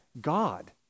God